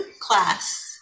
class